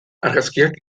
argazkiak